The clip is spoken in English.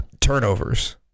turnovers